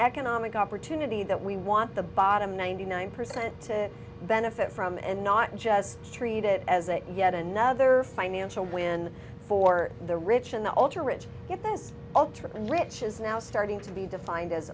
economic opportunity that we want the bottom ninety nine percent to benefit from and not just treat it as a yet another financial win for the rich and the ultra rich yet this ultra rich is now starting to be defined as